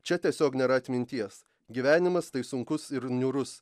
čia tiesiog nėra atminties gyvenimas tai sunkus ir niūrus